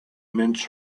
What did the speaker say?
mince